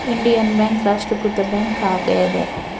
Indian bank ರಾಷ್ಟ್ರೀಕೃತ bank ಆಗ್ಯಾದ